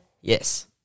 Yes